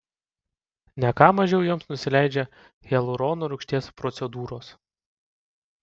ne ką mažiau joms nusileidžia hialurono rūgšties procedūros